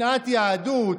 שנאת יהדות,